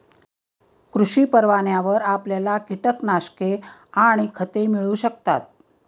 कृषी परवान्यावर आपल्याला कीटकनाशके आणि खते मिळू शकतात